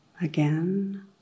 Again